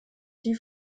die